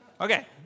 Okay